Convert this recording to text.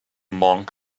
monk